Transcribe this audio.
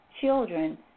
children